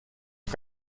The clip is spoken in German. und